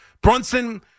Brunson